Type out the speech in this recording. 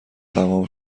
تموم